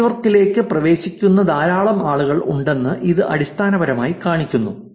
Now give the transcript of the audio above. നെറ്റ്വർക്കിലേക്ക് പ്രവേശിക്കുന്ന ധാരാളം ആളുകൾ ഉണ്ടെന്ന് ഇത് അടിസ്ഥാനപരമായി കാണിക്കുന്നു